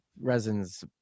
resins